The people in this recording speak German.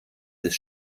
des